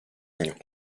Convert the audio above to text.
viņu